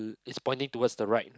it's pointing towards the right